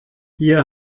hier